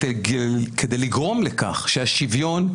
וכדי לגרום לכך שהשוויון,